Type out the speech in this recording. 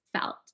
felt